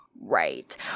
Right